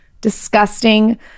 Disgusting